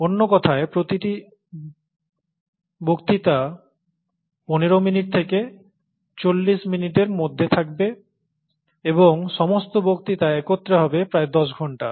অন্য কথায় প্রতিটি বক্তৃতা পনের মিনিট থেকে চল্লিশ মিনিটের মধ্যে থাকবে এবং সমস্ত বক্তৃতা একত্রে হবে প্রায় দশ ঘন্টা